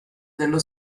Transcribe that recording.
dello